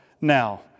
Now